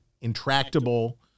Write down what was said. intractable